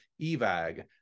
Evag